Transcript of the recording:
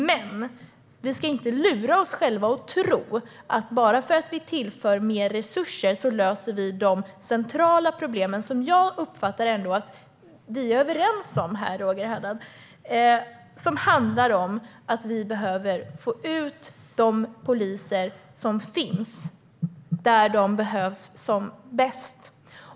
Men vi ska inte lura oss själva att tro att bara för att vi tillför mer resurser löser vi de centrala problem som jag ändå uppfattar att vi är överens om, Roger Haddad. Det handlar om att vi behöver få ut de poliser som finns dit där de behövs som bäst.